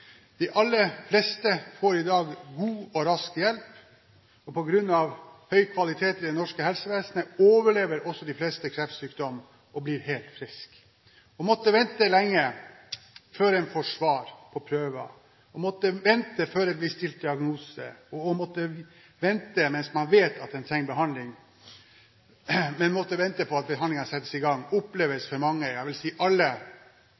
De aller fleste får i dag god og rask hjelp, og på grunn av høy kvalitet i det norske helsevesenet overlever også de fleste kreftsykdom og blir helt friske. Å måtte vente lenge før en får svar på prøver, å måtte vente før det blir stilt diagnose og å måtte vente, når man vet at man trenger behandling, på at behandling settes i gang, oppleves for mange – jeg vil si alle